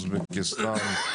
אוזבקיסטן,